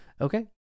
Okay